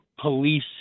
police